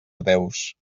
ateus